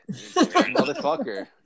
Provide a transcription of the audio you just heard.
Motherfucker